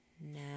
now